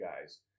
guys